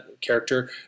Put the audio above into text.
character